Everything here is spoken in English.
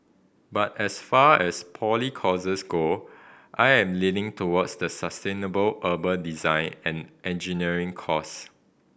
but as far as poly courses go I am leaning towards the sustainable urban design and engineering course